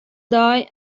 dei